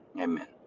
Amen